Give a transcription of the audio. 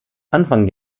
anfang